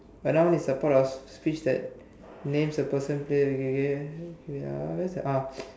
a noun is part of speech that names a person wait ah where's the ah